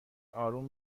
آروم